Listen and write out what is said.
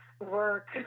work